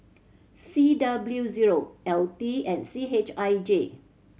C W zero L T and C H I J